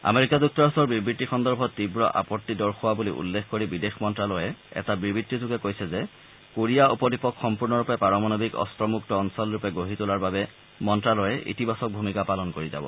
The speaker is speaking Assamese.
আমেৰিকা যুক্তৰাষ্টৰ বিবৃতি সন্দৰ্ভত তীৱ আপত্তি দৰ্শোৱা বুলি উল্লেখ কৰি বিদেশ মন্তালয়ে এটা বিবৃতিযোগে কৈছে যে কোৰিয়া উপদ্বীপক সম্পূৰ্ণৰূপে পাৰমাণৱিক অন্ত্ৰ মুক্ত অঞ্চলৰূপে গঢ়ি তোলাৰ বাবে মন্তালয়ে ইতিবাচক ভূমিকা পালন কৰি যাব